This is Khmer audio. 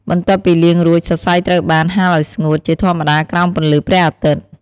បន្ទាប់ពីលាងរួច សរសៃត្រូវបាន ហាលឱ្យស្ងួត ជាធម្មតាក្រោមពន្លឺព្រះអាទិត្យ។